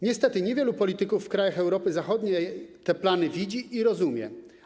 Niestety niewielu polityków w krajach Europy Zachodniej te plany widzi i rozumie.